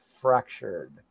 Fractured